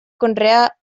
conrear